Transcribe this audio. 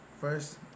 first